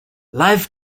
life